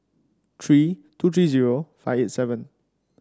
three two three zero five eight seven